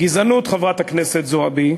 גזענות, חברת הכנסת זועבי,